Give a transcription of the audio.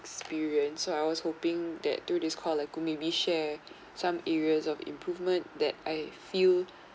~perience so I was hoping that do this call a good maybe share some areas of improvement that I feel